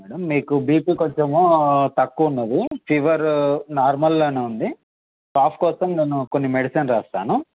madam మీకు BP కొంచెం తక్కువ ఉన్నది ఫీవర్ నార్మల్లోనే ఉంది కాఫ్ కోసం కొన్ని మెడిసన్ రాస్తాను